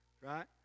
right